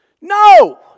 No